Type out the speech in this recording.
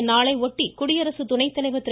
இந்நாளையொட்டி குடியரசு துணைத் தலைவர் திரு